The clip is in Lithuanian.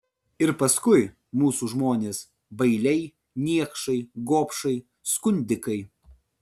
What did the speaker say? ir paskui mūsų žmonės bailiai niekšai gobšai skundikai